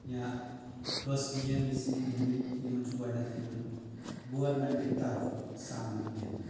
یا کۄس گیم یژھن یِم گنٛدٕنۍ یِمن چھُ گۄڈنؠتھٕے یِوان گورمینٹکۍ طرفہٕ سامان دِنہٕ